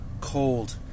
cold